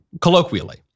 colloquially